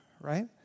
right